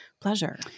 pleasure